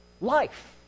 life